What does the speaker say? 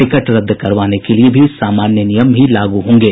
ticket रद्द करवाने के लिए भी सामान्य नियम ही लागू होंगे